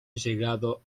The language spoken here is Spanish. llegado